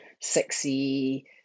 sexy